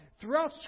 throughout